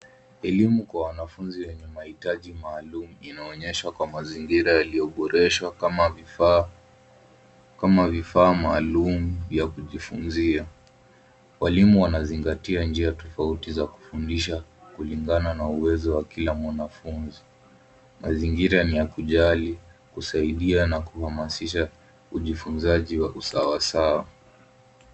Elimu kwa wanafunzi wenye mahitaji maalum inaonyeshwa kwa mazingira yaliyoboreshwa kama vifaa maalum vya kujifunzia. Walimu wanazingatia njia tofauti za kufundisha kulingana na uwezo wa kila mwanafunzi. Mazingira ni ya kujali, kusaidia na kuhamasisha ujifunzaji wa usawa.